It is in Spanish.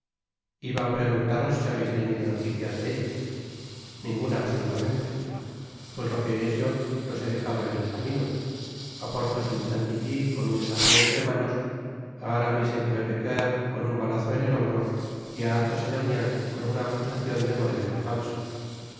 iba á preguntaros si habeis tenido noticias de ellos ninguna absolutamente pues lo que es yo los he dejado en el camino á porthos en chantilly con un desafío entre manos á aramis en crevecoeur con un balazo en el hombro y á athos en amiens con una acusacion de monedero falso